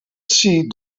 see